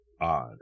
odd